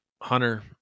hunter